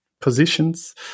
positions